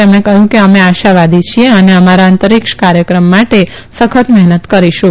તેમણે કહ્યું કે અમે આશાવાદી છીએ અને અમારા અંતરિક્ષ કાર્યક્રમ માટે સખત મહેનત કરીશું